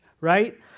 right